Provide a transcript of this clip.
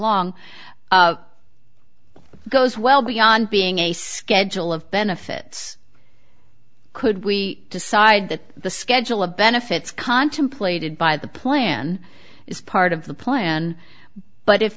long goes well beyond being a schedule of benefits could we decide that the schedule of benefits contemplated by the plan is part of the plan but if